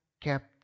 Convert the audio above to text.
kept